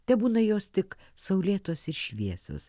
tebūna jos tik saulėtos ir šviesios